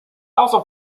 also